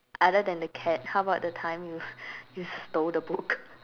other than the cat how about the time you you stole the book